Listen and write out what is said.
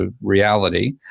reality